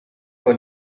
for